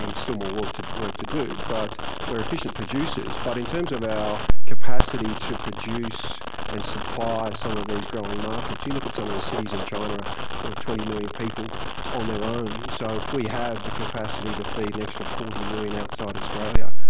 um still more work to work to do, but we're efficient producers. but in terms of our capacity to produce and supply some of these growing markets, you look at some of the cities in china are sort of twenty million people on their own, so if we have the capacity to feed an extra forty million outside australia,